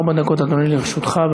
ארבע דקות, אדוני, לרשותך.